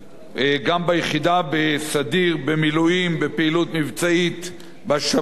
גם ביחידה בסדיר, במילואים, בפעילות מבצעית בשב"כ.